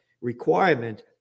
requirement